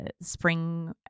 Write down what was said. spring